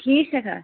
ٹھیٖک چھےٚ کھا